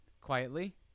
quietly